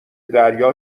دریا